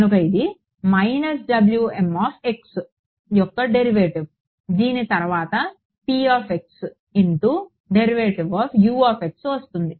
కనుక ఇది Wm యొక్క డెరివేటివ్ దీని తరువాత p of x into derivative of U వస్తుంది